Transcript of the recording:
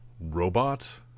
robot